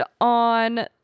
on